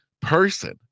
person